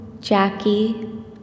Jackie